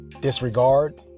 disregard